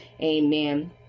Amen